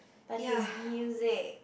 but his music